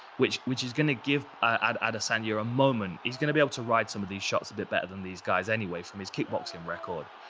which which is gonna give adesanya a moment. he's gonna be able to ride some of these shots a bit better than these guys anyway from his kickboxing record.